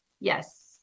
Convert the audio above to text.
Yes